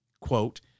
quote